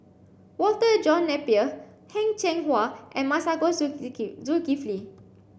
Walter John Napier Heng Cheng Hwa and Masagos Zulkifli